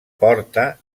porta